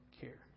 care